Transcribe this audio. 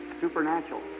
supernatural